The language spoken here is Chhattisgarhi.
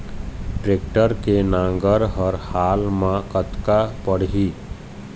टेक्टर के नांगर हर हाल मा कतका पड़िही?